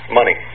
money